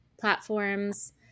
platforms